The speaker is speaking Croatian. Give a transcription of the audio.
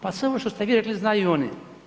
Pa sve ovo što ste vi rekli znaju i oni.